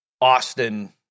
Austin